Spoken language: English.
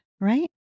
right